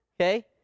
Okay